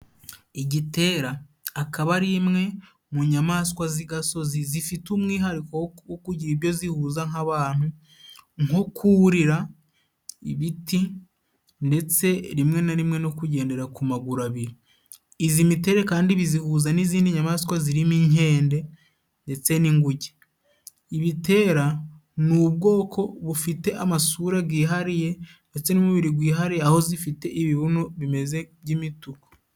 Igitera akaba ari imwe mu nyamaswa z'igasozi zifite umwihariko wo kugira ibyo zihuza nk'abantu nko kurira ibiti ndetse rimwe na rimwe no kugendera ku maguru abiri. Izi miterere kandi bizihuza n'izindi nyamaswa zirimo inkende ndetse n'inguge. Ibitera ni ubwoko bufite amasura gihariye ndetse n'umubiri gwihariye, aho zifite ibibuno bimeze by'imituku.